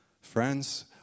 Friends